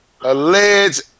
alleged